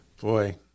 Boy